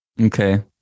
Okay